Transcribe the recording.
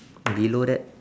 below that